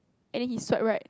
and he swipe right